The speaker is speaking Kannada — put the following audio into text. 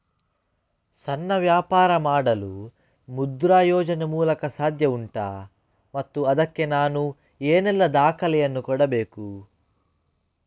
ಸಣ್ಣ ವ್ಯಾಪಾರ ಮಾಡಲು ಮುದ್ರಾ ಯೋಜನೆ ಮೂಲಕ ಸಾಧ್ಯ ಉಂಟಾ ಮತ್ತು ಅದಕ್ಕೆ ನಾನು ಏನೆಲ್ಲ ದಾಖಲೆ ಯನ್ನು ಕೊಡಬೇಕು?